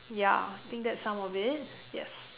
ya I think that's some of it yes